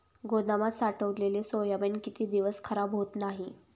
गोदामात साठवलेले सोयाबीन किती दिवस खराब होत नाही?